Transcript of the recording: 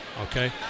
Okay